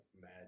mad